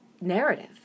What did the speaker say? narrative